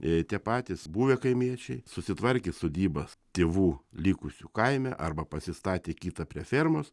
jei tie patys buvę kaimiečiai susitvarkė sodybas tėvų likusių kaime arba pasistatė kitą prie fermos